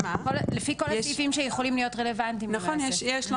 לפי כל הסעיפים שאמורים להיות רלוונטיים למעשה.